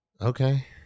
Okay